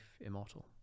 immortal